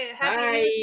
Bye